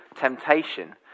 temptation